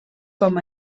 com